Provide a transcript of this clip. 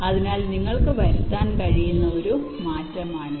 അതിനാൽ നിങ്ങൾക്ക് വരുത്താൻ കഴിയുന്ന ഒരു മാറ്റമാണിത്